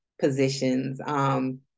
positions